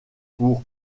pour